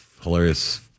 hilarious